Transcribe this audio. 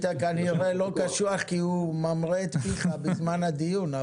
כנראה לא היית קשוח כי הוא ממרה את פיך בזמן הדיון.